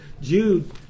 Jude